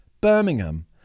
Birmingham